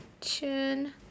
chin